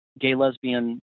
gay-lesbian